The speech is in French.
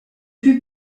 plus